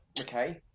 Okay